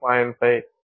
5 0